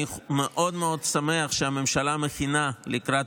אני מאוד שמח מאוד שהממשלה מכינה לקראת